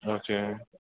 okay